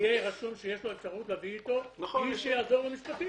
שיהיה רשום שיש לו אפשרות להביא איתו מי שיעזור לו משפטית.